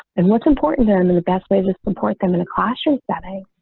and what's important than and the best way to support them in a classroom setting,